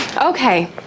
Okay